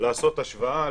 לעשות השוואה,